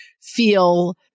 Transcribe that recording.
feel